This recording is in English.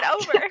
over